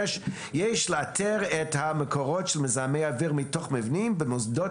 יש לאתר את המקורות של מזהמי האוויר התוך מבני במוסדות